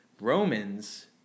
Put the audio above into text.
Romans